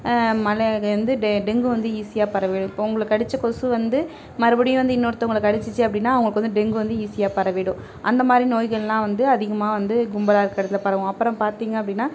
மழையில் வந்து டெங்கு வந்து ஈஸியாக பரவிவிடும் இப்போ உங்கள கடிச்ச கொசு வந்து மறுபடியும் வந்து இன்னொருத்தவங்களை கடிச்சிச்சு அப்படின்னு அவங்களுக்கு வந்து டெங்கு வந்து ஈஸியாக பரவிவிடும் அந்தமாதிரி நோய்கள்லாம் வந்து அதிகமாக வந்து கும்பலாக இருக்கிறதுல பரவும் அப்புறம் பார்த்தீங்க அப்படின்னா